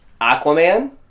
Aquaman